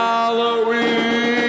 Halloween